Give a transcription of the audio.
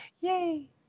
yay